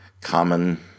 Common